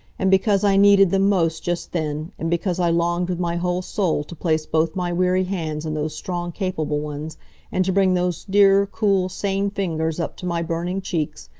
and because i needed them most just then, and because i longed with my whole soul to place both my weary hands in those strong capable ones and to bring those dear, cool, sane fingers up to my burning cheeks,